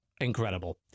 incredible